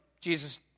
Jesus